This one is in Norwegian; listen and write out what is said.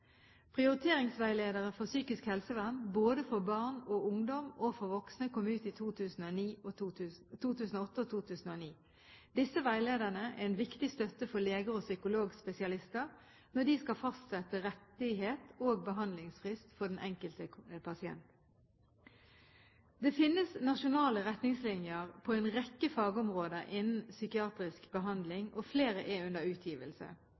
Prioriteringsveiledere for psykisk helsevern, både for barn og ungdom og for voksne, kom ut henholdsvis i 2009 og 2008. Disse veilederne er en viktig støtte for leger og psykologspesialister når de skal fastsette rettighet og behandlingsfrist for den enkelte pasient. Det finnes nasjonale retningslinjer på en rekke fagområder inne psykiatrisk behandling, og flere er under utgivelse.